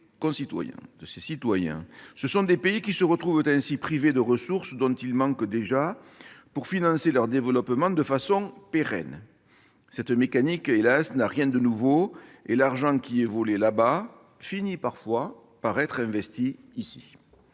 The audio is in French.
Ce sont des pays qui se retrouvent ainsi privés des ressources dont ils manquent déjà pour financer leur développement de façon pérenne. Cette mécanique n'a, hélas, rien de nouveau, et l'argent qui est volé là-bas finit parfois par être investi ici.